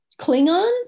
Klingon